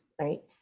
Right